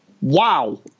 Wow